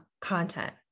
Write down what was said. content